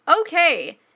Okay